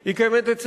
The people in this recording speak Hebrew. היא קיימת בגליל,